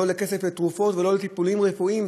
לא כסף לתרופות ולא לטיפולים רפואיים,